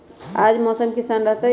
आज मौसम किसान रहतै?